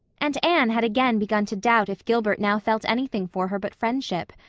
and anne had again begun to doubt if gilbert now felt anything for her but friendship.